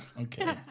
Okay